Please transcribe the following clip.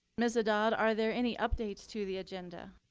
ms. adad, are there any updates to the agenda?